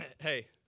hey